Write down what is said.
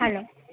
hello